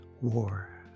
war